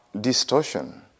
distortion